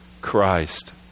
Christ